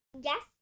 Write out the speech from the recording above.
Yes